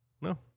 No